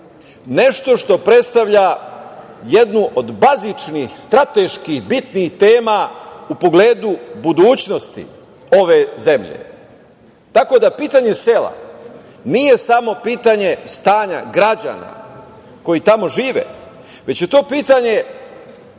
nešto što predstavlja jednu od bazičnih, strateški bitnih tema u pogledu budućnosti ove zemlje. Tako da, pitanje sela nije samo pitanje stanja građana koji tamo žive, već je to pitanje